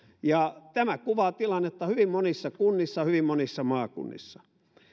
ja tämä kuvaa tilannetta hyvin monissa kunnissa hyvin monissa maakunnissa